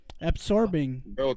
Absorbing